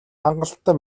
хангалттай